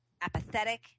Apathetic